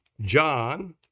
John